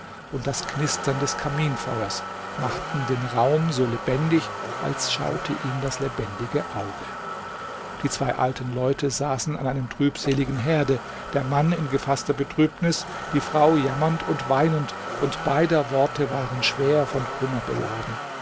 und das knistern des kaminfeuers machten den raum so lebendig als schaute ihn das lebendige auge die zwei alten leute saßen an einem trübseligen herde der mann in gefaßter betrübnis die frau jammernd und weinend und beider worte waren schwer von kummer beladen